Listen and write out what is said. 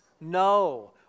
No